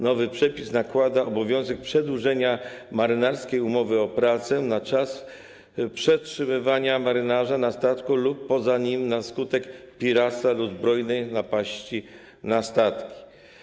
Nowy przepis nakłada obowiązek przedłużenia marynarskiej umowy o pracę na czas przetrzymywania marynarza na statku lub poza nim na skutek piractwa lub zbrojnej napaści na statki.